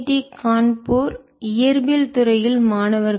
D Kanpur இயற்பியல் துறையில் மாணவர்கள்